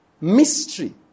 Mystery